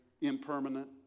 impermanent